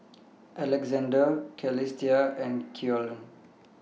Alexander Celestia and Keion